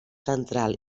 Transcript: central